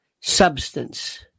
substance